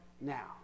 now